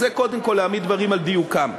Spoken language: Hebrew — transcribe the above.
אז זה קודם כול להעמיד דברים על דיוקם.